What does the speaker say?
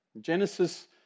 Genesis